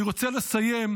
אני רוצה לסיים,